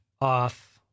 off